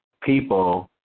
people